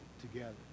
together